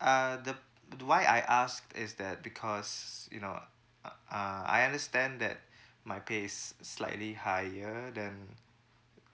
uh the th~ why I ask is that because you know uh uh I understand that my pay is slightly higher than